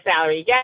salary